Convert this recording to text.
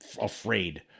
afraid